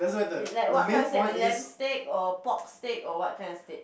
it's like what kind you say lamb steak or pork steak or what kind of steak